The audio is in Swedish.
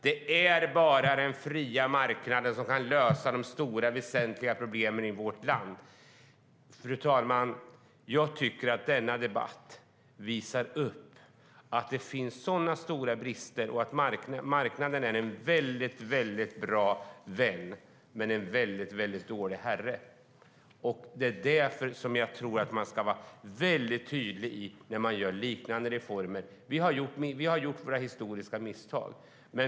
Det är bara den fria marknaden som kan lösa de stora väsentliga problemen i vårt land. Fru talman! Denna debatt visar att det finns stora brister och att marknaden är en väldigt bra vän men en väldigt dålig herre. Det är därför som man ska vara väldigt tydlig när man gör liknande reformer. Vi har gjort våra historiska misstag.